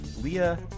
Leah